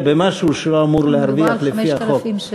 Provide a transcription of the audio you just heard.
במשהו שהוא לא אמור להרוויח בו לפי החוק.